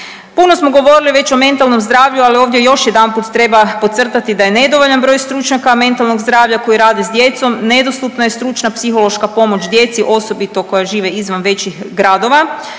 Puno smo govorili već o mentalnom zdravlju, ali ovdje još jedanput treba podcrtati da je nedovoljan broj stručnjaka mentalnog zdravlja koji rade s djecom, nedostupna je stručna psihološka pomoć djeci, osobito koja žive izvan većih gradova.